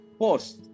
post